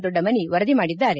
ದೊಡ್ಡಮನಿ ವರದಿ ಮಾಡಿದ್ದಾರೆ